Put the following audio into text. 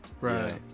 Right